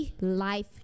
life